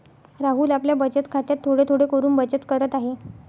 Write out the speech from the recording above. राहुल आपल्या बचत खात्यात थोडे थोडे करून बचत करत आहे